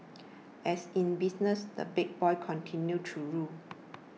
as in business the big boys continue to rule